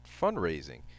fundraising